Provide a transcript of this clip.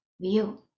view